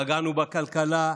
פגענו בכלכלה,